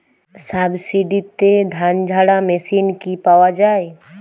সাবসিডিতে ধানঝাড়া মেশিন কি পাওয়া য়ায়?